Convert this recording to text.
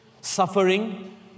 suffering